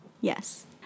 yes